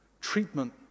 treatment